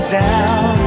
down